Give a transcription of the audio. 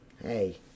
Hey